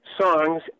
songs